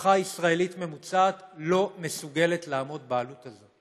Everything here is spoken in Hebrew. משפחה ישראלית ממוצעת לא מסוגלת לעמוד בעלות הזאת.